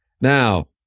Now